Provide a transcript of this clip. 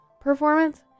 performance